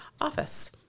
office